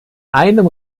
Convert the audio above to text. einem